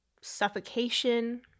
suffocation